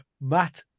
Matt